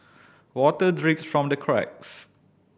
water drips from the cracks